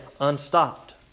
unstopped